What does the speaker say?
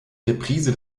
reprise